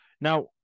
Now